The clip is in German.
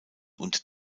und